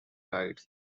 writes